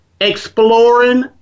exploring